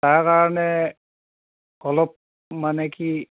তাৰ কাৰণে অলপ মানে কি